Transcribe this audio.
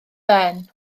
ben